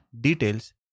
details